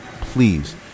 please